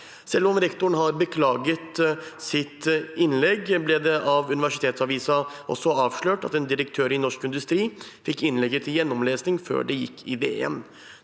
Selv om rektoren har beklaget sitt innlegg, ble det av Universitetsavisa også avslørt at en direktør i Norsk Industri fikk innlegget til gjennomlesning før det gikk i DN.